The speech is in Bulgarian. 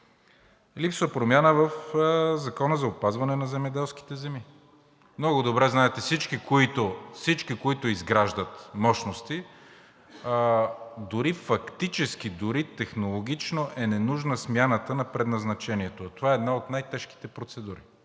Липсва промяна в Закона за опазване на земеделските земи. Много добре знаете – всички, които изграждат мощности, дори фактически, дори технологично е ненужна смяната на предназначението. Това е една от най-тежките процедури.